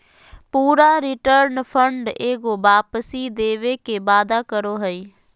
पूरा return fund एगो वापसी देवे के वादा करो हइ